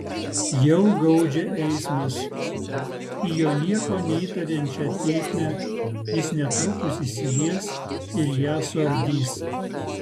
jau gaudžia eismas į jo nieko neįtariančią tėkmę jis netrukus įsilies ir ją suardys